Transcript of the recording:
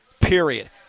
period